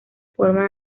forma